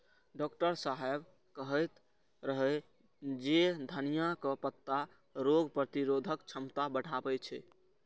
doctor साहेब कहैत रहै जे धनियाक पत्ता रोग प्रतिरोधक क्षमता बढ़बै छै